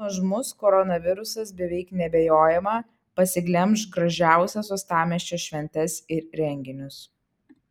nuožmus koronavirusas beveik neabejojama pasiglemš gražiausias uostamiesčio šventes ir renginius